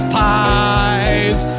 pies